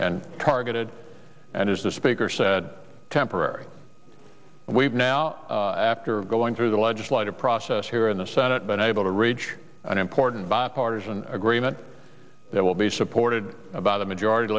and targeted and as the speaker said temporary we've now after going through the legislative process here in the senate been able to reach an important bipartisan agreement that will be supported about a majority